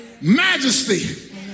majesty